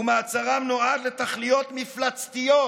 ומעצרם נועד לתכליות מפלצתיות,